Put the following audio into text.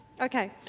Okay